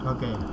Okay